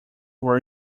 were